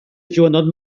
joanot